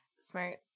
Smart –